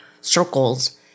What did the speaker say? circles